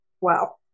Wow